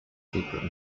secret